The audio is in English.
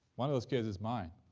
one of those kids is mine.